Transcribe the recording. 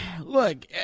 look